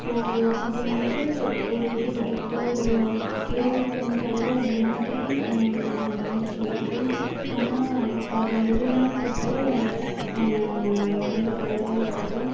so ஒரு அது வந்து ஒரு கிட்டத்தட்ட ஒரு இருபத்ததி அஞ்சாயிரம் அந்த மாதிரி வந்துச்சு எனக்கு ஆனால் இப்போ அது எரியிலங்கிறப்போ ரொம்ப கவலையாக இருக்குது